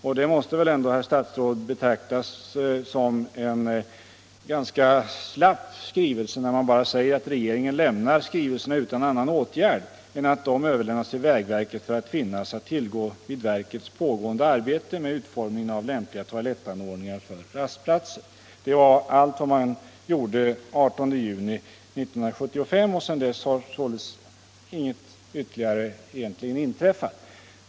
Och det var, herr statsråd, ett mycket slappt ställningstagande. Regeringen lämnade skrivelsen utan annan åtgärd än att den överlämnades till vägverket för att finnas att tillgå vid verkets pågående arbete med utformning av lämpliga toalettanordningar för rastplatser. Det var allt man åstadkom den 18 juni 1975, och sedan dess har således inget ytterligare egentligen inträffat.